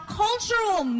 cultural